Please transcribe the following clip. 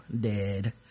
dead